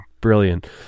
brilliant